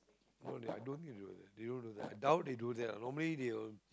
sorry i don't need they they don't do that i doubt they do that normally they will